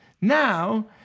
now